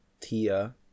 tia